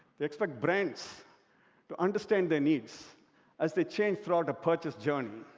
they expect brands to understand their needs as they change throughout the purchase journey.